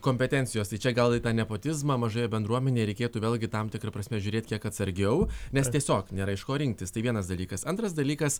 kompetencijos tai čia gal į tą nepotizmą mažoje bendruomenėj reikėtų vėlgi tam tikra prasme žiūrėt kiek atsargiau nes tieisog nėra iš ko rinktis tai vienas dalykas antras dalykas